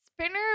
Spinner